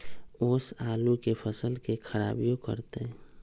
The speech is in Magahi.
ओस आलू के फसल के खराबियों करतै?